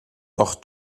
doch